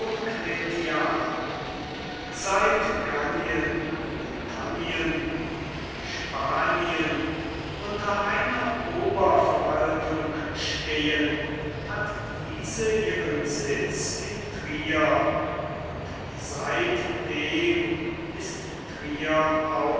seit gallien britannien und spanien unter einer oberverwaltung stehen hat diese ihren sitz in trier und seitdem ist trier